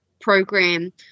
program